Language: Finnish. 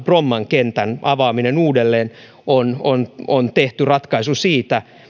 bromman kentän avaamisesta uudelleen on on tehty ratkaisu